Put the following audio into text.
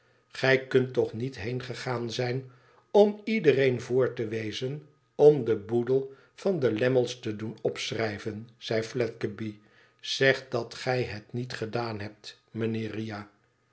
gij kunt toch niet heengegaan zijn om iedereen voor te wezen om den boedel van de lammies te doen opschrijven zei fledgeby zeg dat gij het niet gedaan hebt mijnheer riah